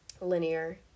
linear